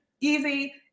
easy